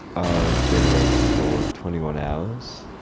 i've been awake for twenty one hours.